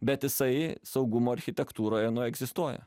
bet jisai saugumo architektūroje nu egzistuoja